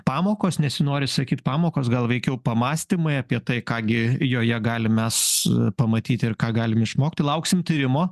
pamokos nesinori sakyt pamokos gal veikiau pamąstymai apie tai ką gi joje galim mes pamatyti ir ką galim išmokti lauksim tyrimo